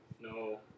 No